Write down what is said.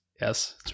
yes